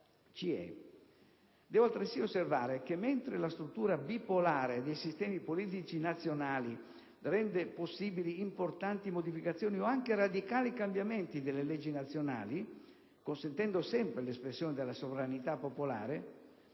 Devo altresì osservare che, mentre la struttura bipolare dei sistemi politici nazionali rende possibili importanti modificazioni o anche radicali cambiamenti delle leggi nazionali, consentendo sempre l'espressione della sovranità popolare,